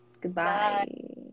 Goodbye